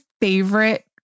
favorite